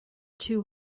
too